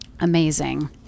Amazing